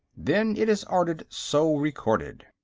then it is ordered so recorded.